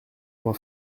moi